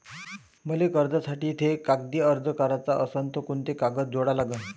मले कर्जासाठी थे कागदी अर्ज कराचा असन तर कुंते कागद जोडा लागन?